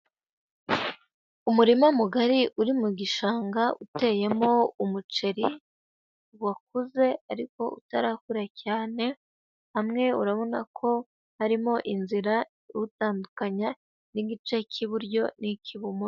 Umurima mugari uri mu gishanga uteyemo umuceri wakuze ariko utarakura cyane, hamwe urabona ko harimo inzira iwutandukanya n'igice cy'iburyo n'icy'ibumoso.